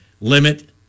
limit